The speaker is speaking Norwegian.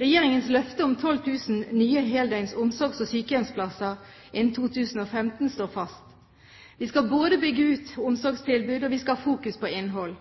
Regjeringens løfte om 12 000 nye heldøgns omsorgs- og sykehjemsplasser innen 2015 står fast. Vi skal både bygge ut et omsorgstilbud og ha fokus på innholdet.